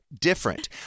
different